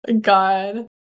god